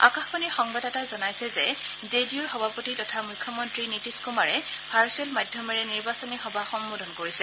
আকাশবাণীৰ সংবাদদাতাই জনাইছে যে জে ডি ইউৰ সভাপতি তথা মুখ্যমন্ত্ৰী নীতিশ কুমাৰে ভাৰ্চুৱেল মাধ্যমেৰে নিৰ্বাচনী সভা সম্বোধন কৰিছে